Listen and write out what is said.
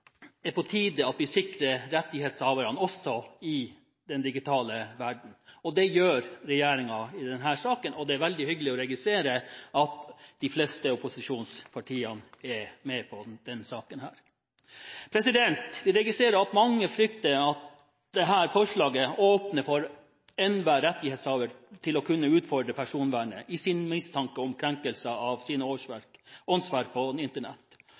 er på tide at vi sikrer rettighetshaverne også i den digitale verden, og det gjør regjeringen i denne saken, og det er veldig hyggelig å registrere at de fleste opposisjonspartiene er med på det i denne saken. Vi ser at mange frykter at dette forslaget åpner for enhver rettighetshaver til å kunne utfordre personvernet i sin mistanke om krenkelse av sine åndsverk på Internett